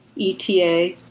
eta